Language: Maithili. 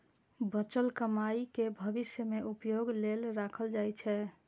बचल कमाइ कें भविष्य मे उपयोग लेल राखल जाइ छै